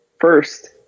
first